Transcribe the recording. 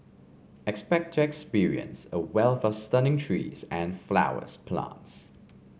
expect to experience a wealth of stunning trees and flowers plants